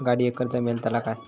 गाडयेक कर्ज मेलतला काय?